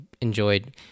enjoyed